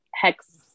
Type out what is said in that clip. hex